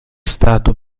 stato